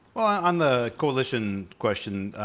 on the coalition question,